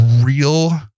real